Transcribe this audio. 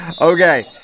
Okay